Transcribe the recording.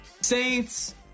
Saints